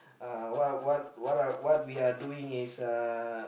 uh what what what are we what we are doing is uh